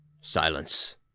Silence